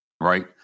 Right